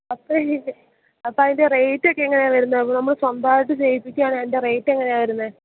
അപ്പോൾ അതിൻ്റെ അപ്പോൾ അതിൻ്റെ റേറ്റൊക്കെ എങ്ങനെ ആണ് വരുന്നത് നമ്മൾ സ്വന്തമായിട്ട് ചെയ്യിപ്പിക്കുവാണ് എങ്കിൽ അതിൻ്റെ റേറ്റ് എങ്ങനെയാണ് വരുന്നത്